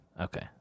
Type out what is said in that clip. Okay